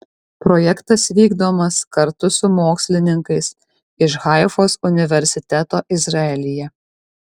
projektas vykdomas kartu su mokslininkais iš haifos universiteto izraelyje